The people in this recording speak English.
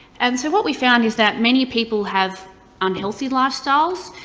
and so what we've found is that many people have unhealthy lifestyles,